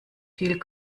viel